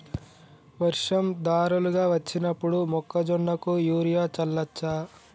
వర్షం ధారలుగా వచ్చినప్పుడు మొక్కజొన్న కు యూరియా చల్లచ్చా?